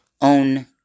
own